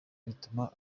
bituma